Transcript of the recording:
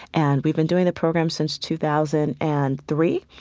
and we've been doing the program since two thousand and three.